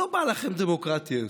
לא בא לכם דמוקרטיה יותר.